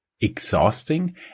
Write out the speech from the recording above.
exhausting